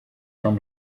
from